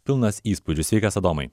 pilnas įspūdžių sveikas adomai